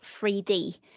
3D